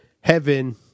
Heaven